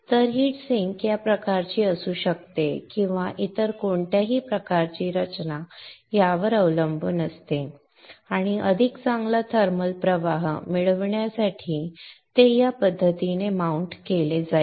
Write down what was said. तर heat sink या प्रकारची असू शकते किंवा इतर कोणत्याही प्रकारची रचना यावर अवलंबून असते आणि अधिक चांगला थर्मल प्रवाह मिळविण्यासाठी ते या पद्धतीने माउंट केले जाईल